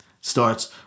starts